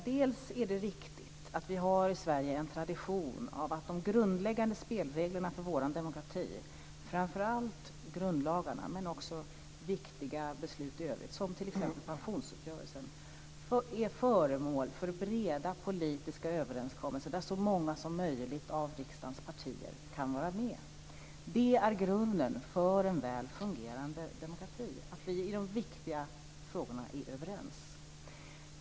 Det är riktigt att vi i Sverige har en tradition av att de grundläggande spelreglerna för vår demokrati - framför allt grundlagarna men också viktiga beslut i övrigt, t.ex. pensionsuppgörelsen - är föremål för breda politiska överenskommelser, där så många som möjligt av riksdagens partier kan vara med. Det är grunden för en väl fungerande demokrati, att vi i de viktiga frågorna är överens.